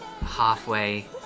Halfway